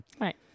right